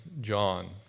John